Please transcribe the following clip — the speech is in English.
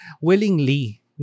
willingly